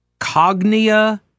Cognia